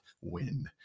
win